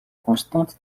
constante